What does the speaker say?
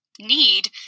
need